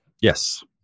Yes